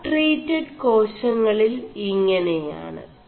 ബ്4ടിഡ് േകാശÆളിൽ ഇÆെനയാണ്